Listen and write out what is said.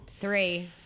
Three